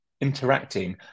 interacting